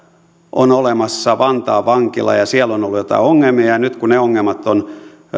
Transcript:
on olemassa vantaan vankila ja siellä on ollut joitain ongelmia ja ja nyt kun ne ongelmat on